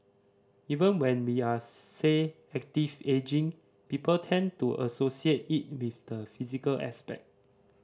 even when we are say active ageing people tend to associate it with the physical aspect